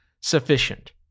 sufficient